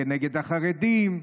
כנגד החרדים,